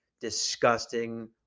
disgusting